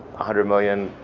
hundred million,